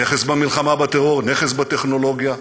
נכס במלחמה בטרור, נכס בטכנולוגיה.